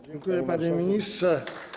Dziękuję, panie ministrze.